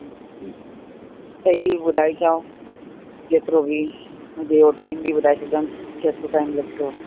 सही ॿुधाए चयो जेतिरो बि जी हो टाइम बि ॿुधाए छॾे केतिरो टाइम लॻंदो